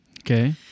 Okay